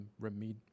Remed